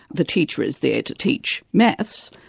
the teacher is there to teach maths,